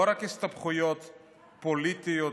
לא רק הסתבכויות פוליטיות,